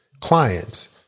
clients